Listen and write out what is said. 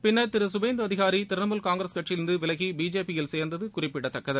பின்னர் திரு சுபேந்து அதிகாரி திரிணாமூல் காங்கிரஸ் உட்சியிலிருந்து விலகி பிஜேபியில் சேர்ந்தது குறிப்பிடத்தக்கது